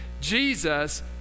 Jesus